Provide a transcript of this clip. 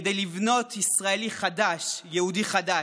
כדי לבנות ישראלי חדש, יהודי חדש,